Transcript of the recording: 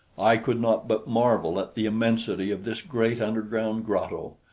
i could not but marvel at the immensity of this great underground grotto.